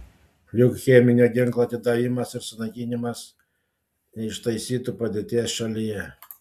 juk cheminio ginklo atidavimas ar sunaikinimas neištaisytų padėties šalyje